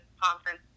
Conference